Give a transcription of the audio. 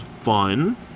fun